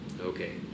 Okay